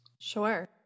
Sure